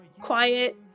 quiet